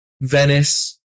Venice